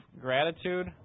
gratitude